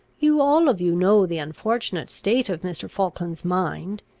you all of you know the unfortunate state of mr. falkland's mind.